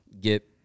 get